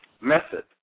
method